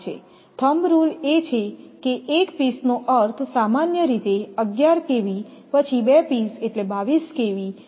thumb rule એ છે કે એક પીસ નો અર્થ સામાન્ય રીતે 11 kV પછી બે પીસ એટલે 22 kV ત્રણ પીસ એટલે 33 kV